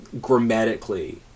grammatically